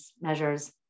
measures